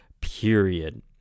period